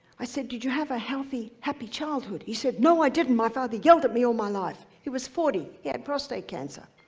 i said, did you have a healthy, happy childhood? he said, no, i didn't, my father yelled at me all my life. he was forty, he had prostate cancer.